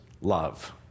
love